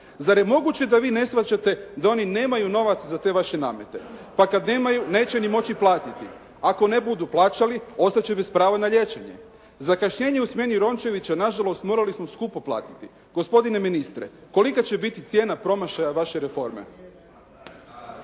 Zar je moguće da Vi ne shvaćate da oni nemaju novac za te Vaše namete? Pa kad nemaju, neće ni moći platiti. Ako ne budu plaćali, ostat će bez prava na liječenje. Zakašnjenje u smjeni Rončevića nažalost morali smo skupo platiti. Gospodine ministre, kolika će biti cijena promašaja Vaše reforme?